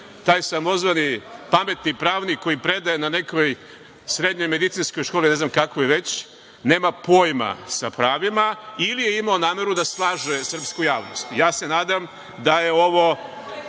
taj samozvani pametni pravnik koji predaje na nekakvoj srednjoj medicinskoj školi, ne znam kakvoj, nema pojma sa pravima, ili je imao nameru da slaže srpsku javnost. Ja se nadam da je ovo